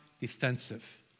defensive